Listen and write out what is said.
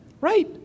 Right